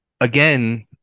again